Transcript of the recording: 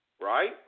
right